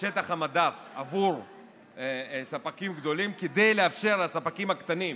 שטח המדף עבור ספקים גדולים כדי לאפשר לספקים הקטנים